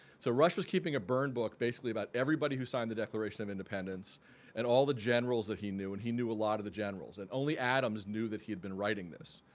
so rush was keeping a burn book basically about everybody who signed the declaration of independence and all the generals that he knew and he knew a lot of the generals and only adams knew that he had been writing this.